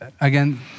Again